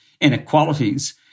inequalities